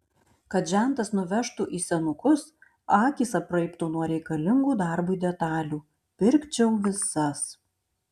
kad žentas nuvežtų į senukus akys apraibtų nuo reikalingų darbui detalių pirkčiau visas